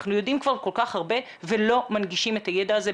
אנחנו יודעים כבר כל כך הרבה ולא מנגישים את הידע הזה,